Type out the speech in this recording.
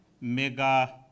mega